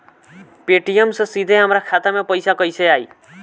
Paytm से सीधे हमरा खाता मे पईसा कइसे आई?